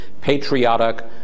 patriotic